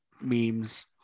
memes